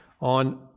on